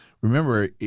Remember